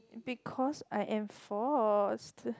because I am forced